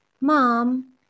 mom